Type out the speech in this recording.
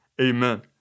Amen